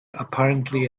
apparently